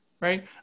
right